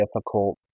difficult